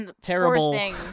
terrible